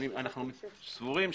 אנו סבורים,